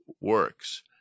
works